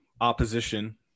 opposition